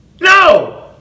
No